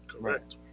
Correct